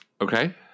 Okay